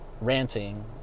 ranting